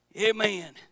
Amen